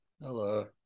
Hello